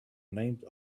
named